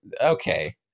okay